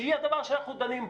שזה הדבר שאנחנו דנים בו.